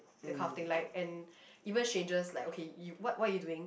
that kind of thing like and even strangers like okay what what are you doing